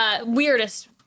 weirdest